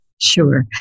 Sure